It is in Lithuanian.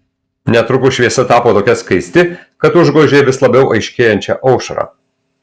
netrukus šviesa tapo tokia skaisti kad užgožė vis labiau aiškėjančią aušrą